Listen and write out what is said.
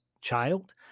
child